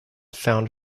found